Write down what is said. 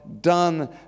done